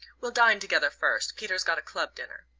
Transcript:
we'll dine together first peter's got a club dinner.